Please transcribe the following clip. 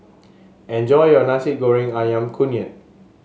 enjoy your Nasi Goreng ayam kunyit